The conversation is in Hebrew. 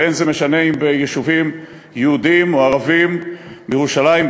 ואין זה משנה אם ביישובים יהודיים או ערביים: בירושלים,